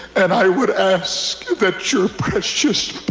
and i would ask that your precious